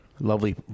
Lovely